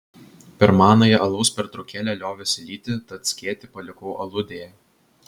per manąją alaus pertraukėlę liovėsi lyti tad skėtį palikau aludėje